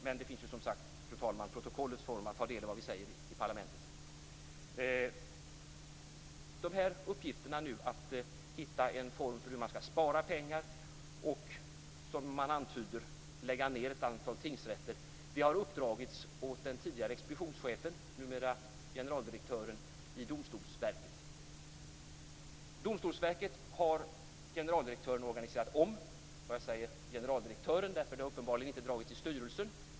Men det finns ju som sagt, fru talman, protokollets form för att ta del av vad vi säger i parlamentet. De här uppgifterna - att hitta en form för hur man skall spara pengar och, som man antyder, lägga ned ett antal tingsrätter - har uppdragits åt den tidigare expeditionschefen, numera generaldirektören, i Domstolsverket. Generaldirektören har organiserat om Domstolsverket. Jag säger att det är generaldirektören som har gjort det, för det har uppenbarligen inte dragits i styrelsen.